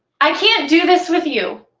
i can't do this with you.